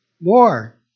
More